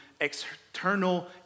external